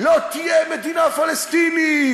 לא תהיה מדינה פלסטינית,